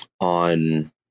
on